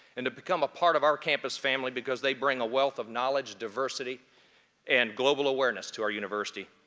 and to become a part of our campus family because they bring a wealth of knowledge, diversity and global awareness to our university.